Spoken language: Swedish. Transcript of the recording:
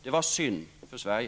Det var synd för Sverige.